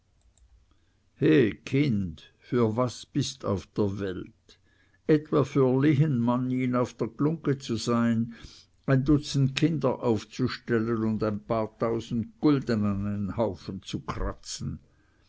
he kind für was bist auf der welt etwa für lehenmannin auf der glungge zu sein ein dutzend kinder aufzustellen und ein paar tausend gulden an einen haufen zu kratzen